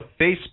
Facebook